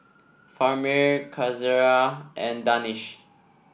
Fahmi Qaisara and Danish